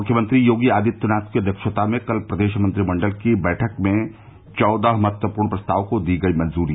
मुख्यमंत्री योगी आदित्यनाथ की अध्यक्षता में कल हुई प्रदेश मंत्रिमंडल की बैठक में चौदह महत्वपूर्ण प्रस्तावों को दी गई मंजूरी